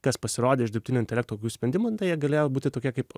kas pasirodė iš dirbtinio intelekto tokių sprendimų tai jie galėjo būti tokie kaip